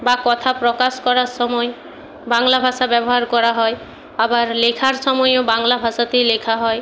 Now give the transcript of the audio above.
বা কথা প্রকাশ করার সময় বাংলা ভাষা ব্যবহার করা হয় আবার লেখার সময়েও বাংলা ভাষাতেই লেখা হয়